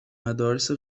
مدارس